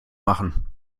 machen